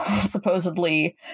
supposedly